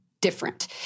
Different